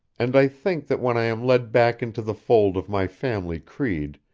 and i think that when i am led back into the fold of my family creed,